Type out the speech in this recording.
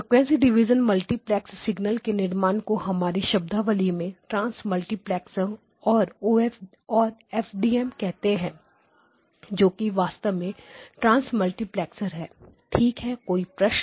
frequency division multiplex signal के निर्माण को हमारी शब्दावली में ट्रांस मल्टीप्लैक्सर और एसडीएम कहते हैं जो कि वास्तव में ट्रांस मल्टीप्लैक्सर है ठीक है कोई प्रश्न